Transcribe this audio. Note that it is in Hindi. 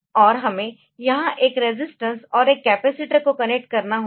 और हमें यहां एक रेजिस्टेंस और एक कपैसिटर को कनेक्ट करना होगा